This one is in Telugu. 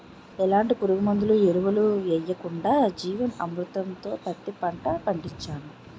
ఎలాంటి పురుగుమందులు, ఎరువులు యెయ్యకుండా జీవన్ అమృత్ తో పత్తి పంట పండించాను